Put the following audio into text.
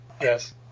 yes